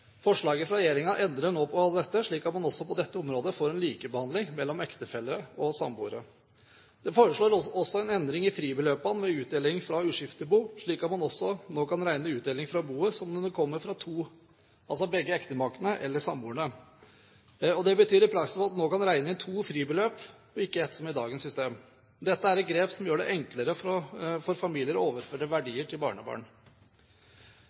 Forslaget fra regjeringen endrer nå på dette, slik at man også på dette området får en likebehandling mellom ektefeller og samboere. Det foreslås også en endring i fribeløpene ved utdeling fra uskiftebo, slik at man nå kan regne utdeling fra boet som at det kommer fra begge ektemakene, eller samboerne. Det betyr i praksis at man nå kan regne inn to fribeløp og ikke ett som i dagens system. Dette er et grep som gjør det enklere for familier å overføre